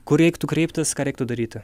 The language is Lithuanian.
kur reiktų kreiptis ką reiktų daryti